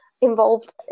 involved